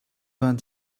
vingt